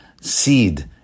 seed